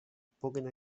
puguin